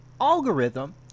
algorithm